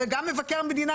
וגם מבקר המדינה,